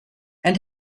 and